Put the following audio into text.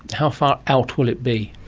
how far out will it be?